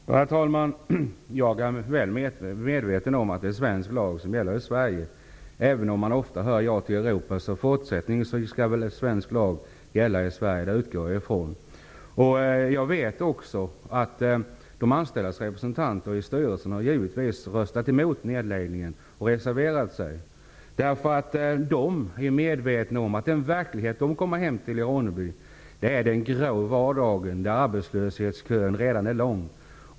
Herr talman! Jag är väl medveten om att det är svensk lag som gäller i Sverige. Även om man ofta hör ''Ja till Europa'' utgår jag från att svensk lag skall gälla i Sverige i fortsättningen. Jag vet också att de anställdas representanter i styrelsen givetvis har röstat emot nedläggningen och reserverat sig. De är medvetna om att den verklighet de kommer hem till i Ronneby är den grå vardagen där arbetslöshetskön redan är lång.